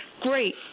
great